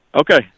Okay